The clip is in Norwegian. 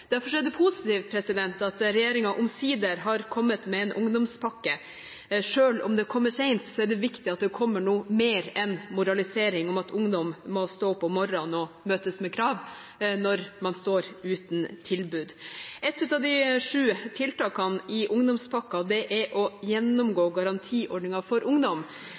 Derfor er det positivt at regjeringen omsider har kommet med en ungdomspakke. Selv om det kommer sent, er det viktig at det kommer noe mer enn moralisering om at ungdom må stå opp om morgenen og møtes med krav – når man står uten tilbud. Ett av de sju tiltakene i ungdomspakken er å gjennomgå garantiordningen for ungdom.